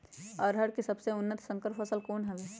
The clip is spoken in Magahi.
अरहर के सबसे उन्नत संकर फसल कौन हव?